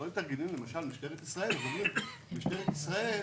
למשל, משטרת ישראל,